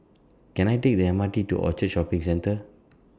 Can I Take The M R T to Orchard Shopping Centre